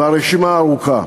והרשימה ארוכה.